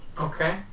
Okay